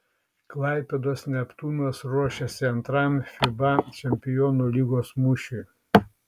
klaipėdos neptūnas ruošiasi antram fiba čempionų lygos mūšiui